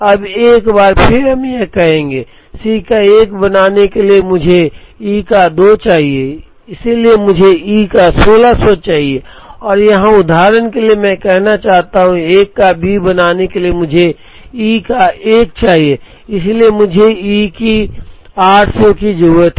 अब एक बार फिर हम यह कहेंगे कि C का 1 बनाने के लिए मुझे E का 2 चाहिए इसलिए मुझे E का 1600 चाहिए और यहाँ उदाहरण के लिए मैं कहता हूँ कि 1 का B बनाने के लिए मुझे E का 1 चाहिए इसलिए मुझे ई की 800 की जरूरत है